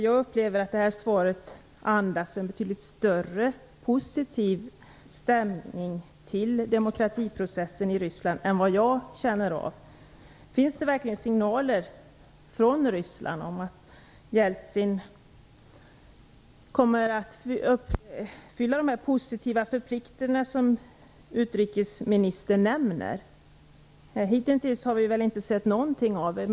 Jag upplever att svaret andas en mer positiv inställning till demokratiprocessen i Ryssland än vad jag tycker att det finns anledning att känna. Finns det verkligen signaler från Ryssland om att Jeltsin kommer att leva upp till de positiva förpliktelser som utrikesministern nämner? Hittills har vi väl inte sett någonting av det?